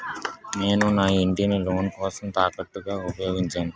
నేను నా ఇంటిని లోన్ కోసం తాకట్టుగా ఉపయోగించాను